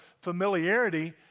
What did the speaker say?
familiarity